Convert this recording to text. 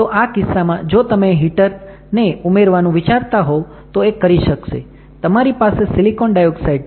તો આ કિસ્સામાં જો તમે હીટર ને ઉમેરવાનું વિચારતા હોવ તો એ કરી શકશે તમારી પાસે સિલિકોન ડાયોક્સાઇડ છે